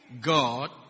God